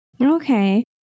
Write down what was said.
Okay